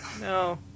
No